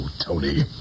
Tony